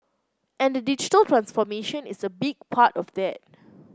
and the digital transformation is a big part of that